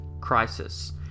crisis